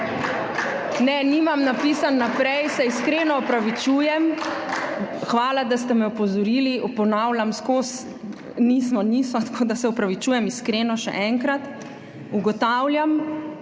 Ne, nimam napisano vnaprej. Se iskreno opravičujem. Hvala, da ste me opozorili. Ponavljam ves čas »nismo«, »niso«, tako da se opravičujem, iskreno, še enkrat. Ugotavljam,